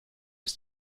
ist